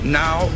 now